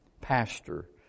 pastor